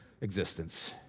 existence